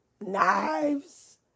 knives